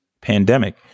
pandemic